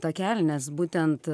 takelį nes būtent